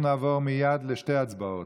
אנחנו נעבור מייד לשתי הצבעות.